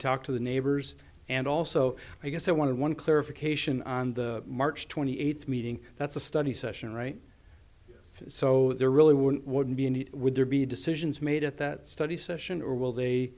talk to the neighbors and also i guess i want to one clarification on the march twenty eighth meeting that's a study session right so there really wouldn't wouldn't be a need would there be decisions made at that study session or will they